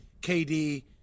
KD